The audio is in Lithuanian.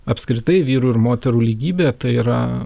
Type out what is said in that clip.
apskritai vyrų ir moterų lygybė tai yra